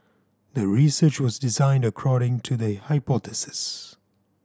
the research was designed according to the hypothesis